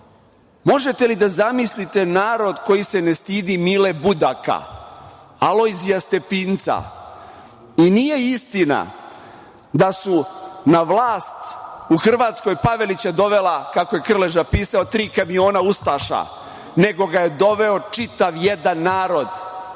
Možete li da zamislite narod koji se ne stidi Mile Budaka, Alojzija Stepinca i nije istina da su na vlast u Hrvatskoj Pavelića dovela, kako je Krleža pisao, tri kamiona ustaša, nego ga je doveo čitav jedan narod,